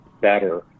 better